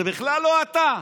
זה בכלל לא אתה,